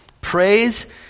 Praise